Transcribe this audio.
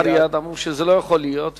אמרו שזה לא יכול להיות,